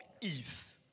ease